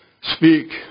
speak